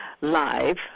live